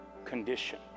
condition